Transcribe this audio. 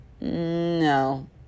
No